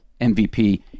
MVP